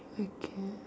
okay